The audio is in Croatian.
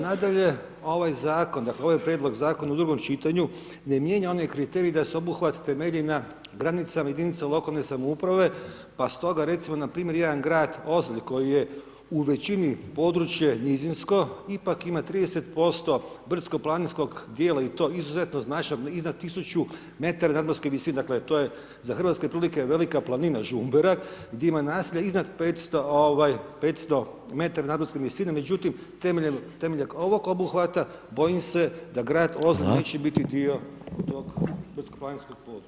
Nadalje, ovaj zakon dakle ovaj prijedlog zakona u drugom čitanju ne mijenja onaj kriterij da se obuhvat temelji na granicama jedinica lokalne samouprave, pa stoga recimo npr. jedan grad Ozalj koji je u većini područje nizinsko ipak ima 30% brdsko-planinskog dijela i to izuzetno značajnog iznad 1000 metara nadmorske visine, dakle to je za hrvatske prilike velika planina Žumberak gdje ima naselja iznad 500 ovaj 500 metara nadmorske visine, međutim temeljem ovog obuhvata bojim se da grad Ozalj [[Upadica: Hvala.]] neće biti dio tog brdsko-planinskog područja.